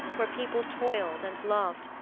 where people toiled and loved,